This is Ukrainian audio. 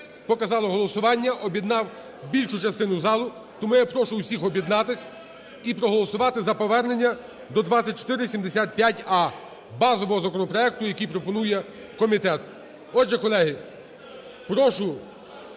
показало голосування, об'єднав більшу частину залу. Тому я прошу всіх об'єднатися і проголосувати за повернення до 2475а – базового законопроекту, який пропонує комітет. Отже, колеги, прошу